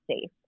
safe